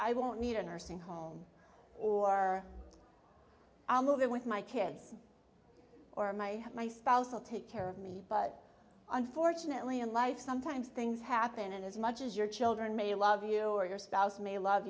i won't need a nursing home or i'll move there with my kids or my my spouse will take care of me but unfortunately in life sometimes things happen and as much as your children may love you or your spouse may love